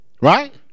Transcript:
Right